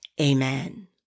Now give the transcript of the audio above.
amen